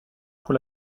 pour